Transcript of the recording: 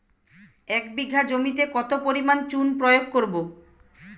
এক বিঘা জমিতে কত পরিমাণ চুন প্রয়োগ করব?